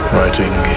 Writing